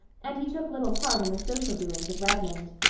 and he took little part in the social doings of redmond.